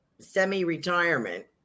semi-retirement